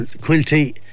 Quilty